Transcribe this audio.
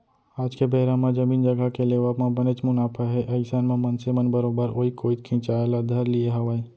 आज के बेरा म जमीन जघा के लेवब म बनेच मुनाफा हे अइसन म मनसे मन बरोबर ओइ कोइत खिंचाय ल धर लिये हावय